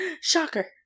Shocker